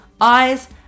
eyes